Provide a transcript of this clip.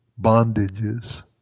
bondages